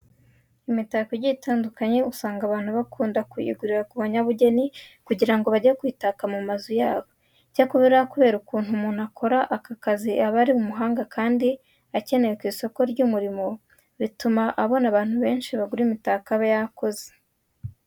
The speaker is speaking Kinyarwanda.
Imitako igiye itandukanye usanga abantu bakunda kuyigura ku banyabugeni kugira ngo bajye kuyitaka mu mazu yabo. Icyakora kubera ukuntu umuntu ukora aka kazi aba ari umuhanga kandi akenewe ku isoko ry'umurimo, bituma abona abantu benshi bagura imitako aba yakoze.